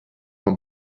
vom